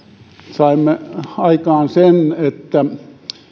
saimme aikaan sen että